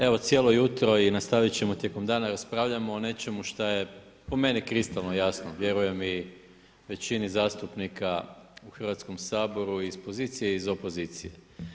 Evo cijelo jutro i nastavit ćemo tijekom dana raspravljamo o nečemu šta je po meni kristalno jasno, vjerujem i većini zastupnika u Hrvatskom saboru iz pozicije i opozicije.